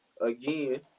again